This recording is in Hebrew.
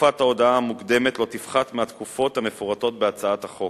שתקופת ההודעה המוקדמת לא תפחת מהתקופות המפורטות בהצעת החוק.